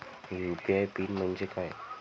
UPI PIN म्हणजे काय?